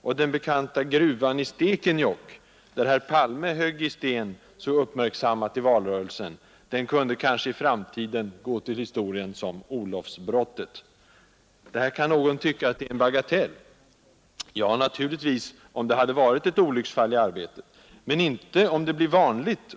Och den bekanta gruvan i Stekenjokk, där herr Palme högg i sten så uppmärksammat i valrörelsen, kanske i framtiden får gå till historien som Olofsbrottet. Någon kanske menar att det här är en bagatell. Ja, naturligtvis, om det hade varit ett olycksfall i arbetet — men inte om det blir vanligt.